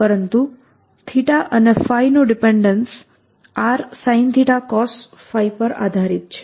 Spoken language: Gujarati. પરંતુ અને નું ડિપેન્ડેન્સ rsinθcosϕ પર આધારીત છે